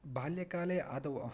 बाल्यकाले आदौ अहं